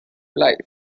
life